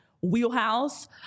wheelhouse